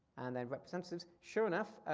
and then representatives, sure enough,